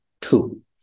two